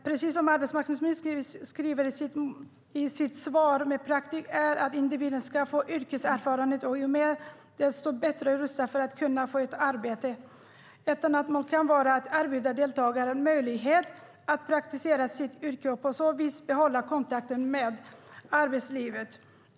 Så här skriver arbetsministern i sitt svar: "Målet med praktik är att individen ska få yrkeserfarenhet och i och med det stå bättre rustad för att kunna få ett arbete. Ett annat mål kan vara att erbjuda deltagaren möjlighet att praktisera sitt yrke och på så vis behålla kontakten med arbetslivet.